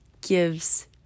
gives